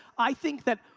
i think that,